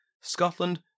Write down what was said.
Scotland